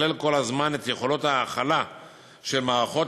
ומשכלל כל הזמן את יכולות ההכלה של מערכות